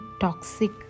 toxic